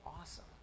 awesome